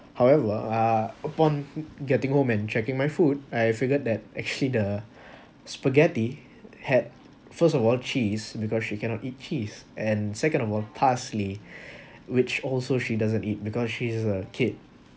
however uh upon getting home and checking my food I figured that actually the spaghetti had first of all cheese because she cannot eat cheese and second of all parsley which also she doesn't eat because she's a kid